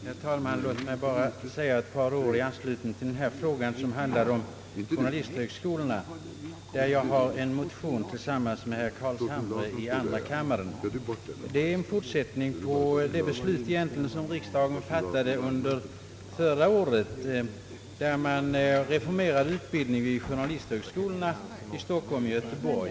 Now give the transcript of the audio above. Herr talman! Låt mig bara säga ett par ord i anslutning till denna fråga som handlar om utbildning vid journalisthögskolorna. Jag har motionerat tillsammans med herr Carlshamre i andra kammaren. Det gäller egentligen en fortsättning av det beslut riksdagen fattade förra året när man reformerade utbildningen vid journalisthögskolorna i Stockholm och Göteborg.